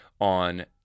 on